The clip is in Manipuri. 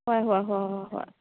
ꯍꯣꯏ ꯍꯣꯏ ꯍꯣꯏ ꯍꯣꯏ ꯍꯣꯏ